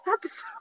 episode